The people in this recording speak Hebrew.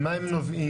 ממה הם נובעים.